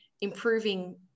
improving